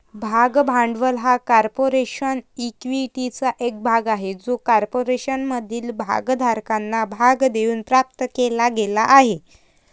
भाग भांडवल हा कॉर्पोरेशन इक्विटीचा एक भाग आहे जो कॉर्पोरेशनमधील भागधारकांना भाग देऊन प्राप्त केला गेला आहे